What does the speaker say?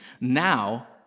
now